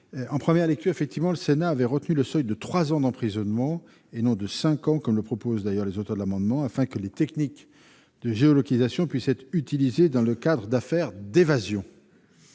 En première lecture, le Sénat avait effectivement retenu le seuil de trois ans d'emprisonnement, et non de cinq ans, comme le proposent les auteurs de l'amendement, afin que les techniques de géolocalisation puissent être utilisées dans le cadre d'affaires d'évasion.